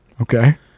Okay